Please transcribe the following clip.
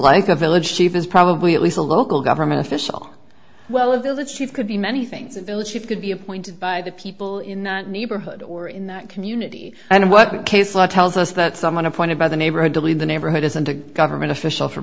like a village chief is probably at least a local government official well a village chief could be many things ability could be appointed by the people in that neighborhood or in that community and what the case law tells us that someone appointed by the neighborhood to be in the neighborhood isn't a government official for